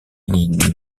ligne